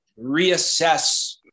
reassess